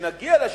כשנגיע ל-60%,